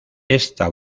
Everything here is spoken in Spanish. esta